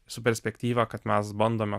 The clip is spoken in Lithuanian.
su perspektyva kad mes bandome